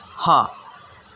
હા